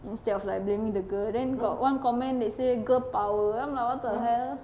instead of like blaming the girl then got one comment they say girl power I'm like what the hell